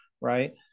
right